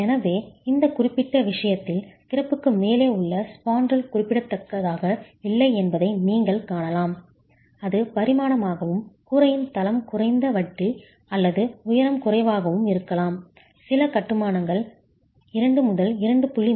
எனவே இந்த குறிப்பிட்ட விஷயத்தில் திறப்புக்கு மேலே உள்ள ஸ்பாண்ட்ரல் குறிப்பிடத்தக்கதாக இல்லை என்பதை நீங்கள் காணலாம் அது பரிமாணமாகவும் கூரையின் தளம் குறைந்த வட்டி அல்லது உயரம் குறைவாகவும் இருக்கலாம் சில கட்டுமானங்கள் 2 2